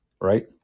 right